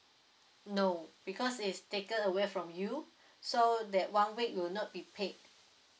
no because is taken away from you so that one week will not be paid